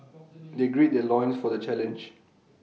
they grill their loins for the challenge